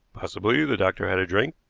possibly the doctor had a drink,